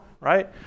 right